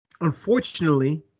Unfortunately